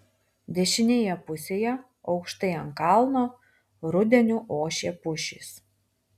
dešinėje pusėje aukštai ant kalno rudeniu ošė pušys